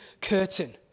curtain